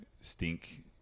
stink